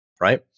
right